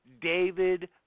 David